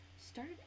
Start